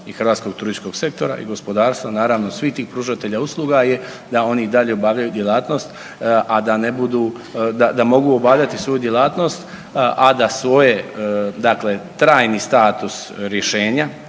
i hrvatskog turističkog sektora i gospodarstva naravno svih tih pružatelja usluga je da oni i dalje obavljaju djelatnost, a da ne budu, da mogu obavljati svoju djelatnost a da svoje dakle trajni status rješenja